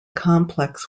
complex